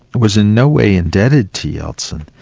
was in no way indebted to yeltsin,